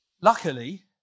luckily